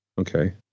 Okay